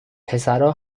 پسرا